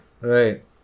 right